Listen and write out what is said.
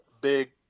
big